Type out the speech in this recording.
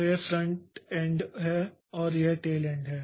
तो यह front end है और यह टेल एंड है